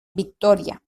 victoria